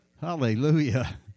Hallelujah